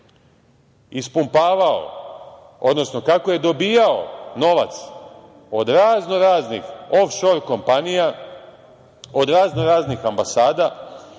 ispumpavao, odnosno kako je dobijao novac od raznoraznih ofšor kompanija, od raznoraznih ambasada.